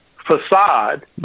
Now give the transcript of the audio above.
facade